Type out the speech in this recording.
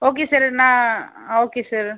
okay sir நான் okay sir